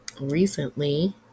recently